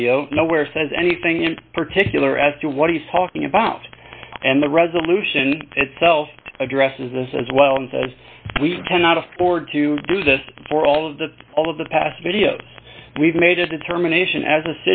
video nowhere says anything in particular as to what he's talking about and the resolution itself addresses this as well as we cannot afford to do this or all of the all of the past videos we've made a determination as a